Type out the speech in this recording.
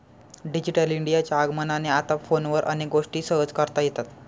digital इंडियाच्या आगमनाने आता फोनवर अनेक गोष्टी सहज करता येतात